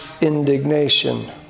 indignation